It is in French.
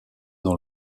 dans